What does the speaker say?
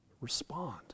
respond